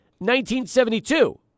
1972